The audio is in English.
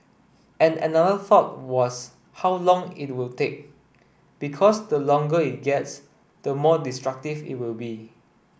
and another thought was how long it would take because the longer it gets the more destructive it will be